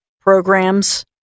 programs